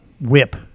Whip